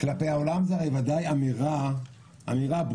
כלפי העולם זו ודאי אמירה ברורה